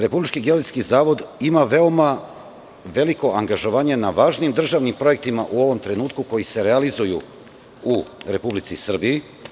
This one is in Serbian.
Republički geodetski zavod ima veoma veliko angažovanje na važnim državnim projektima u ovom trenutku, koji se realizuju u Republici Srbiji.